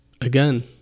Again